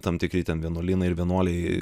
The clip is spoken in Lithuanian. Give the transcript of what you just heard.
tam tikri ten vienuolynai ir vienuoliai